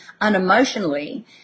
unemotionally